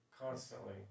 constantly